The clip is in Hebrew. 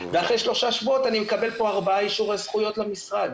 ואחרי שלושה שבועות אני מקבל ארבעה אישורי זכויות למשרד.